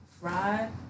Fried